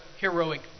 heroic